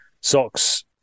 socks